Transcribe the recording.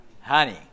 honey